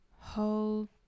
hold